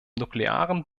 nuklearen